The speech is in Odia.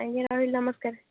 ଆଜ୍ଞା ରହିଲୁ ନମସ୍କାର